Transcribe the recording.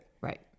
right